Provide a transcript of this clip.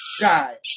die